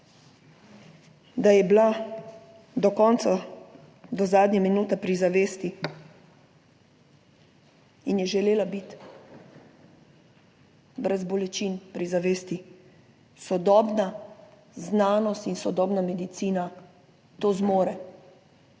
da je bila do konca, do zadnje minute pri zavesti in je želela biti brez bolečin pri zavesti. Sodobna znanost in sodobna medicina to zmore,